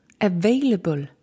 available